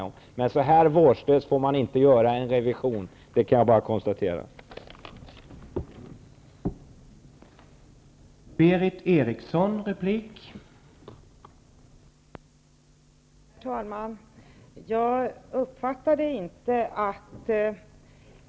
Men jag kan konstatera att en revision inte får göras så vårdslöst.